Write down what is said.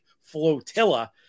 flotilla